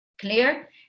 clear